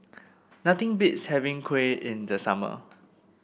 nothing beats having kuih in the summer